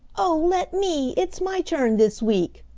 oh, let me! it's my turn this week!